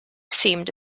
seemed